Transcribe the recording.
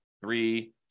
three